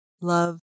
love